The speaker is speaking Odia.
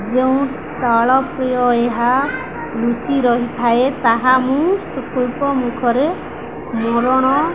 ଯେଉଁ ତଳ ପ୍ର୍ରିୟ ଏହା ଲୁଚି ରହିଥାଏ ତାହା ମୁଁ ସୁକୁଳ୍ପ ମୁଖରେ ମରଣ